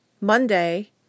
Monday